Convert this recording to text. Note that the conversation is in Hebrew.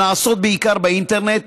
הנעשות בעיקר באינטרנט,